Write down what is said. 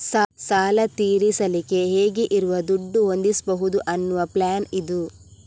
ಸಾಲ ತೀರಿಸಲಿಕ್ಕೆ ಹೇಗೆ ಇರುವ ದುಡ್ಡು ಹೊಂದಿಸ್ಬಹುದು ಅನ್ನುವ ಪ್ಲಾನ್ ಇದು